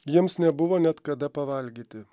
jiems nebuvo net kada pavalgyti